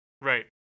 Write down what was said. right